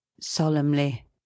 solemnly